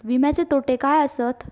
विमाचे तोटे काय आसत?